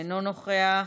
אינו נוכח,